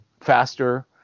faster